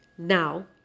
Now